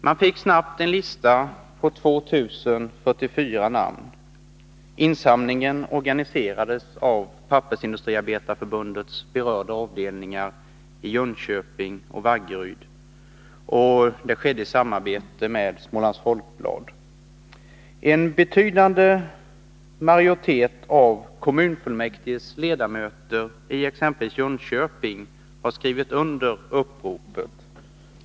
Man fick snabbt en lista på 2 044 namn. Insamlingen organiserades av Papperindustriarbetareförbundets berörda avdelningar i Jönköping och Vaggeryd. Det skedde i samarbete med Smålands Folkblad. En betydande majoritet av kommunfullmäktiges ledamöter exempelvis i Jönköping har skrivit under uppropet.